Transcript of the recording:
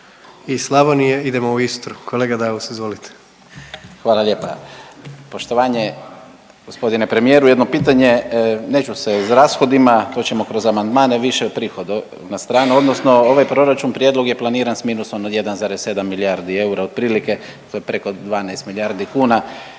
Iz Slavonije idemo u Istru, kolega Daus izvolite. **Daus, Emil (IDS)** Hvala lijepa. Poštovanje, g. premijeru jedno pitanje, neću s rashodima, to ćemo kroz amandmane više prihodovna strana odnosno ovaj proračun prijedlog je planiran s minusom od 1,7 milijardi eura, otprilike to je preko 12 milijardi kuna,